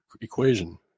equation